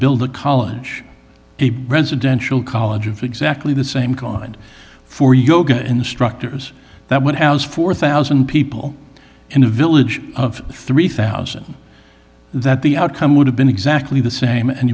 build a college db residential college for exactly the same cost and for yoga instructors that would house four thousand people in a village of three thousand that the outcome would have been exactly the same and